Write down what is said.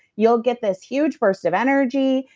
you'll get this huge burst of energy,